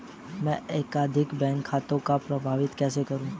मैं एकाधिक बैंक खातों का प्रबंधन कैसे करूँ?